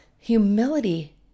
Humility